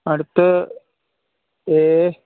അടുത്ത് ഏ